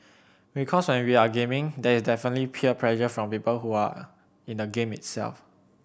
because when we are gaming there is definitely peer pressure from people who are in the game itself